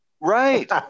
Right